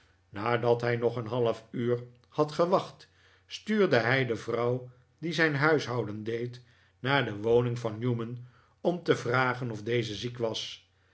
nadat hij nog een half uur had gewacht stuurde hij de vrouw die zijn huishouden deed naar de woning van newman om te vragen of deze ziek was